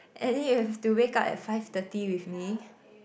and then you have to wake up at five thirty with me